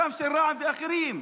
גם של רע"מ ואחרים.